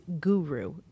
guru